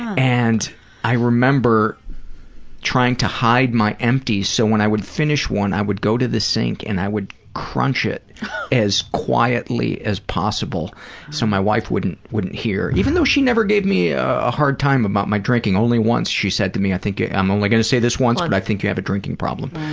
and i remember trying to hide my empties so when i would finish one, i would go to the sink and i would crunch it as quietly as possible so my wife wouldn't wouldn't hear. even though she never gave me a hard time about my drinking, only once, she said to me, i think, i'm only gonna say this once, but i think you have a drinking problem.